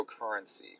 cryptocurrency